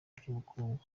by’ubukungu